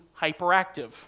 hyperactive